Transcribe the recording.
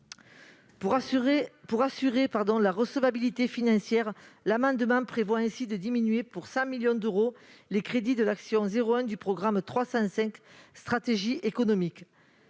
Pour en assurer la recevabilité financière, l'amendement tend à diminuer de 100 millions d'euros les crédits de l'action n° 01 du programme 305, « Stratégies économiques